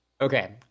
Okay